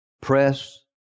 press